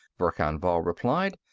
verkan vall replied.